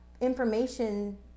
information